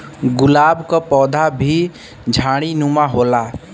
गुलाब क पौधा भी झाड़ीनुमा होला